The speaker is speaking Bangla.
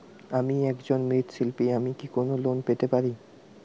আমি একজন মৃৎ শিল্পী আমি কি কোন লোন পেতে পারি?